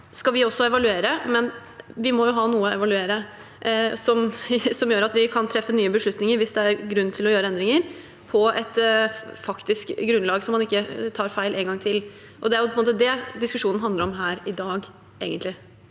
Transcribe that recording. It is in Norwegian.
Så skal vi også evaluere, men vi må jo ha noe å evaluere som gjør at vi kan treffe nye beslutninger, hvis det er grunn til å gjøre endringer – et faktisk grunnlag, så man ikke tar feil en gang til. Det er på en måte det diskusjonen handler om her i dag, egentlig.